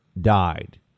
died